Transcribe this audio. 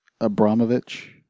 Abramovich